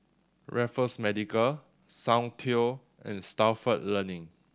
Raffles Medical Soundteoh and Stalford Learning